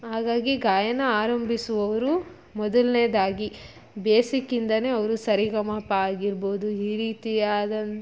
ಹಾಗಾಗಿ ಗಾಯನ ಆರಂಭಿಸುವವರು ಮೊದಲ್ನೇದಾಗಿ ಬೇಸಿಕ್ಕಿಂದನೇ ಅವರು ಸರಿಗಮಪ ಆಗಿರ್ಬೋದು ಈ ರೀತಿಯಾದ